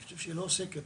אני חושב שהיא לא עוסקת